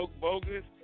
Bogus